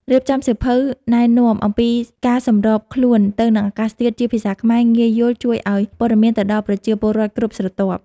រៀបចំសៀវភៅណែនាំអំពីការសម្របខ្លួនទៅនឹងអាកាសធាតុជាភាសាខ្មែរងាយយល់ជួយឱ្យព័ត៌មានទៅដល់ប្រជាពលរដ្ឋគ្រប់ស្រទាប់។